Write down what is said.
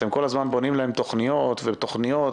אתם בונים תוכניות ותוכניות,